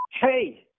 Hey